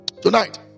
Tonight